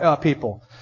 people